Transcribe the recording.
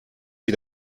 wie